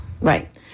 Right